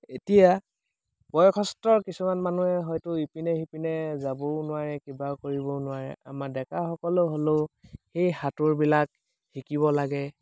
এতিয়া বয়সস্থৰ কিছুমান মানুহে হয়তো ইপিনে সিপিনে যাবও নোৱাৰে কিবা কৰিবও নোৱাৰে আমাৰ ডেকাসকলে হ'লেও সেই সাঁতোৰবিলাক শিকিব লাগে